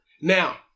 Now